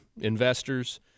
investors